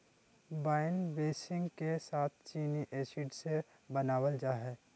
wine बेसींग के साथ चीनी एसिड से बनाबल जा हइ